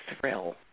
thrill